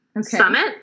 summit